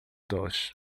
dois